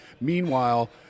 Meanwhile